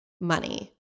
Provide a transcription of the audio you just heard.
money